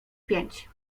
pięć